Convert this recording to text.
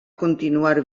continuar